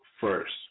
first